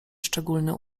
szczególny